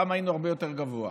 פעם היינו הרבה יותר גבוה,